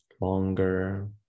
longer